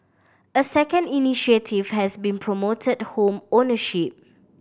a second initiative has been promoted home ownership